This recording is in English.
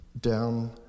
down